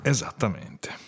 Esattamente